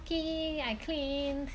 okay I cleaned